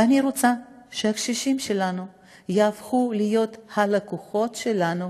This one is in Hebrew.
ואני רוצה שהקשישים שלנו יהפכו להיות הלקוחות שלנו,